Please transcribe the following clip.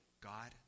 God